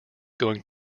going